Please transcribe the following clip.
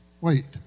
wait